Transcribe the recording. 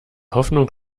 hoffnung